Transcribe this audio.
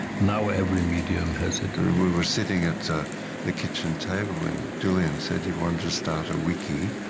now, every medium has it. we were sitting at the kitchen table and julian said he wanted to start a wiki,